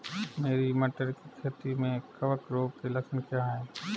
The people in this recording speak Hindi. मेरी मटर की खेती में कवक रोग के लक्षण क्या हैं?